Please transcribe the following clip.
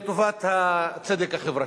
לטובת הצדק החברתי?